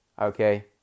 Okay